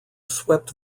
swept